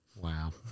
Wow